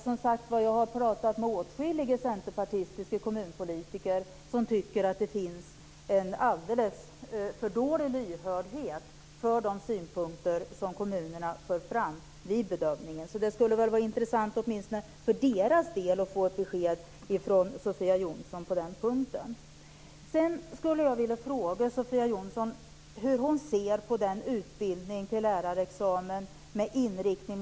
Som sagt har jag talat med åtskilliga centerpartistiska kommunpolitiker som tycker att det finns en alldeles för dålig lyhördhet för de synpunkter som kommunerna för fram vid bedömningen. Det skulle vara intressant åtminstone för deras del att få besked från Sofia Jonsson på den punkten.